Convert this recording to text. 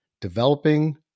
developing